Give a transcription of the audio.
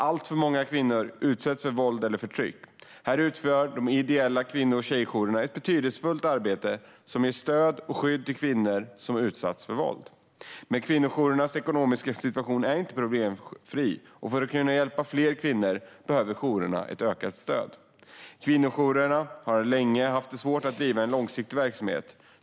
Alltför många kvinnor utsätts för våld eller förtryck. Här utför de ideella kvinno och tjejjourerna ett betydelsefullt arbete med att ge stöd och skydd till kvinnor som har utsatts för våld. Men kvinnojourernas ekonomiska situation är inte problemfri, och för att kunna hjälpa fler kvinnor behöver jourerna ett ökat stöd. Kvinnojourerna har länge haft svårt att bedriva en långsiktig verksamhet.